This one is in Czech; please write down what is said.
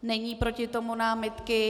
Není proti tomu námitky?